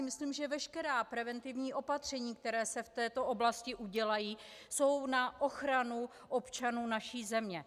Myslím si, že veškerá preventivní opatření, která se v této oblasti udělají, jsou na ochranu občanů naší země.